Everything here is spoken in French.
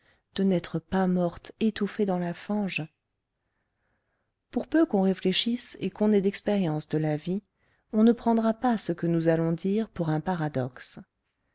de n'être pas morte étouffée dans la fange pour peu qu'on réfléchisse et qu'on ait d'expérience de la vie on ne prendra pas ce que nous allons dire pour un paradoxe